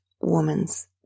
woman's